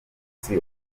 musi